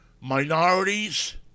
minorities